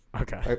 Okay